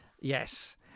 Yes